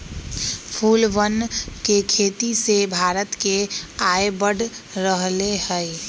फूलवन के खेती से भारत के आय बढ़ रहले है